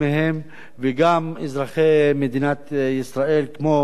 וגם אזרחי מדינת ישראל כמו כלל האנושות.